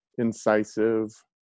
incisive